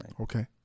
Okay